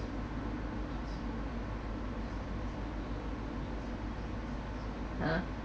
ha